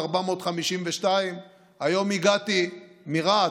452. היום הגעתי מרהט,